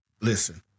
listen